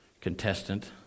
contestant